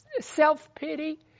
self-pity